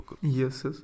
yes